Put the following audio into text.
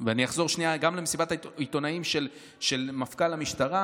ואני אחזור שנייה גם למסיבת העיתונאים של מפכ"ל המשטרה,